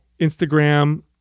Instagram